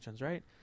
right